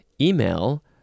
Email